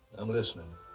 i'm listening.